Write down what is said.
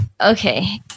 Okay